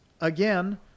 again